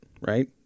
right